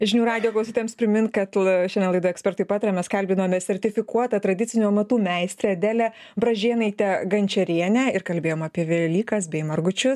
žinių radijo klausytojams primint kad šiandien laida ekspertai pataria mes kalbinome sertifikuotą tradicinių amatų meistrę adelę bražėnaitę gančierienę ir kalbėjom apie velykas bei margučius